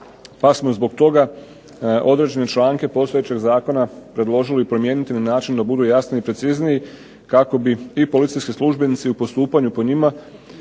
pa smo zbog toga određene članke postojećeg zakona predložili i promijeniti na način da budu jasniji i precizniji, kako bi i policijski službenici u postupanju po njima